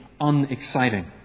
unexciting